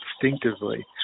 instinctively